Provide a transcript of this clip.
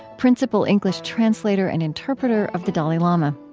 principal english translator and interpreter of the dalai lama.